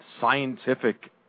scientific